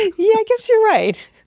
yeah, i guess you're right.